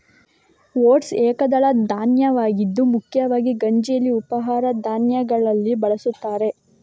oats ಏಕದಳ ಧಾನ್ಯವಾಗಿದ್ದು ಮುಖ್ಯವಾಗಿ ಗಂಜಿಯಾಗಿ ಉಪಹಾರ ಧಾನ್ಯಗಳಲ್ಲಿ ಬಳಸುತ್ತಾರೆ